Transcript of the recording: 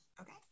Okay